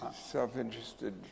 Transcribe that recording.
self-interested